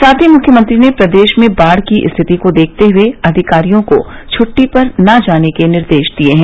साथ ही मुख्यमंत्री ने प्रदेश में बाढ़ की स्थिति को देखते हुए अधिकारियों को छुट्टी पर न जाने का निर्देश दिया है